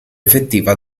effettiva